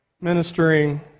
Ministering